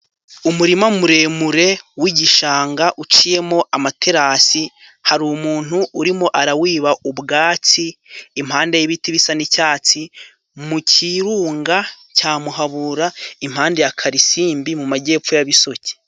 Umurima muremure w'igishanga uciyemo amaterasi. Hari umuntu urimo arawiba ubwatsi, impande y'ibiti bisa n'icyatsi, mu kirunga cya Muhabura, impande ya Kalisimbi mu Majyepfo ya bisoke.